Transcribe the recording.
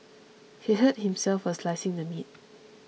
he hurt himself while slicing the meat